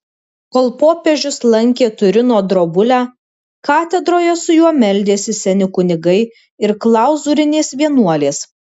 kol popiežius lankė turino drobulę katedroje su juo meldėsi seni kunigai ir klauzūrinės vienuolės